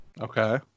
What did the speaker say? Okay